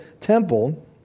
temple